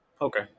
Okay